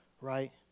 Right